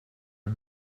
are